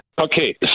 Okay